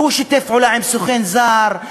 הוא שיתף פעולה עם סוכן זר,